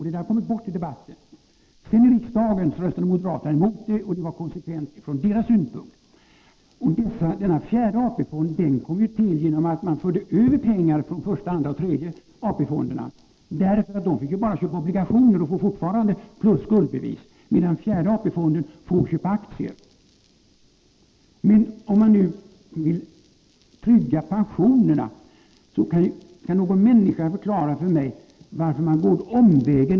Detta har kommit bort i debatten. I riksdagen röstade moderaterna emot förslaget, och det var konsekvent från vår synpunkt. Denna fjärde AP-fond kom till genom att man förde över pengar från första, andra och tredje AP-fonderna. De fick ju bara köpa obligationer och skuldbevis, medan fjärde AP-fonden får köpa aktier. Men om man nu vill trygga pensionerna, kan någon människa förklara för mig varför man går en omväg?